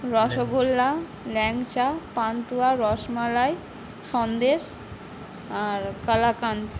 রসগোল্লা ল্যাংচা পান্তুয়া রসমালাই সন্দেশ আর কালাকান্দ